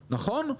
נכון?